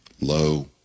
Low